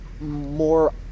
more